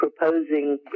proposing